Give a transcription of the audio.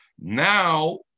Now